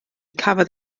cafodd